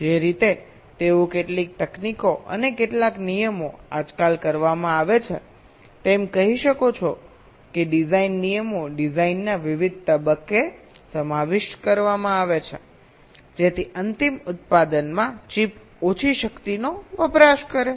જે રીતે તેઓ કેટલીક તકનીકો અને કેટલાક નિયમો આજકાલ કરવામાં આવે છે તમે કહી શકો છો કે ડિઝાઇન નિયમો ડિઝાઇનના વિવિધ તબક્કે સમાવિષ્ટ કરવામાં આવે છે જેથી અંતિમ ઉત્પાદનમાં ચિપઓછી શક્તિનો વપરાશ કરે